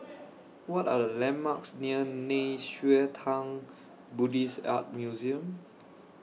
What Are The landmarks near Nei Xue Tang Buddhist Art Museum